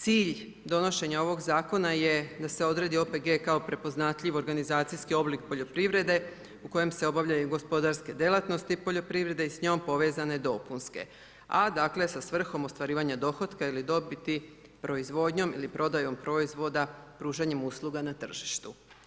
Cilj donošenja ovog Zakona je da se odredi OPG kao prepoznatljiv organizacijski oblik poljoprivrede u kojem se obavljaju gospodarske djelatnosti poljoprivrede i s njom povezane dopunske, a dakle, sa svrhom ostvarivanja dohotka ili dobiti proizvodnjom ili prodajom proizvoda, pružanjem usluga na tržištu.